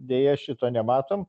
deja šito nematom